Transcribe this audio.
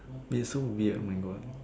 it's so weird oh my God